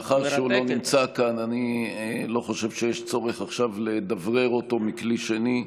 מאחר שהוא לא נמצא כאן אני לא חושב שיש צורך עכשיו לדברר אותו מכלי שני.